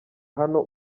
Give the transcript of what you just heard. hano